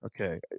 okay